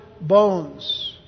bones